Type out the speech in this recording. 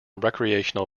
recreational